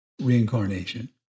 reincarnation